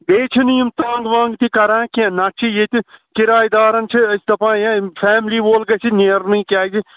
بیٚیہِ چھِنہٕ یِم تنٛگ ونٛگ تہِ کَران کیٚنٛہہ نَتہٕ چھِ ییٚتہِ کِراے دارَن چھِ أسۍ دَپان ہَے فیملی وول گژھِ نیرنٕے کیٛازِ